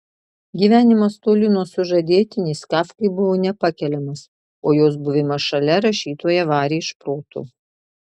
gyvenimas toli nuo sužadėtinės kafkai buvo nepakeliamas o jos buvimas šalia rašytoją varė iš proto